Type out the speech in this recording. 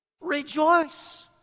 Rejoice